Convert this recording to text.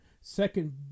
second